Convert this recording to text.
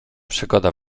przygoda